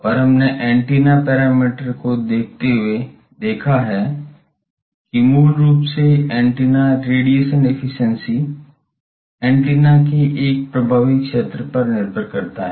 और हमने antenna parameter को देखते हुए देखा है कि मूल रूप से एंटीना रेडिएशन एफिशिएंसी एंटीना के एक प्रभावी क्षेत्र पर निर्भर करती है